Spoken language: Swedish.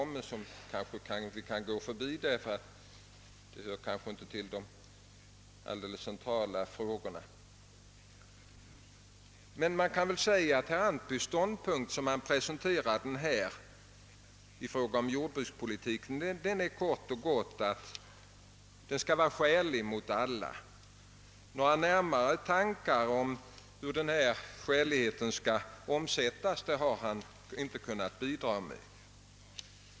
Det kan jag emellertid gå förbi, då det inte gällde så centrala frågor. Emellertid kan man väl säga att herr Antbys ståndpunkt, i fråga om jordbrukspolitiken, sådan som han presenterade den här är kort och gott, att den skall vara skälig för alla. Några närmare antydningar om hur denna skälighet skall främjas har han inte kunnat bidraga med.